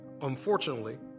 Unfortunately